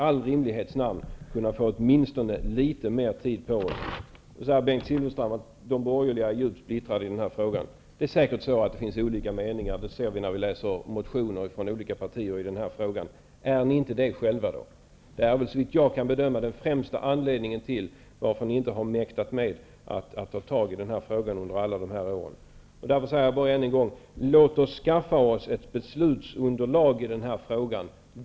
I rimlighetens namn borde vi få åtminstone litet mer tid på oss. Bengt Silfverstrand sade att de borgerliga är djupt splittrade i den här frågan. Det finns säkert olika meningar, någonting som vi kan se när vi läser motioner från olika partier. Är ni själva då inte splittrade? Såvitt jag kan bedöma är det den främsta anledningen till att ni inte har mäktat att ta itu med den här frågan under alla dessa år. Därför säger jag än en gång: Låt oss skaffa fram ett beslutsunderlag.